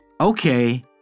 Okay